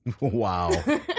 Wow